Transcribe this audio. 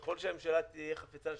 ככל שהממשלה תהיה חפצה לשנותו,